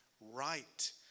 right